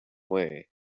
way